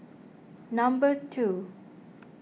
number two